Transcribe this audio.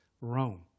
Rome